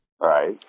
Right